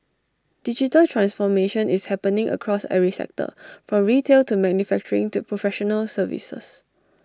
digital transformation is happening across every sector from retail to manufacturing to professional services